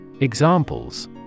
Examples